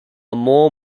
more